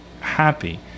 happy